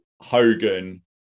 Hogan